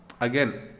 again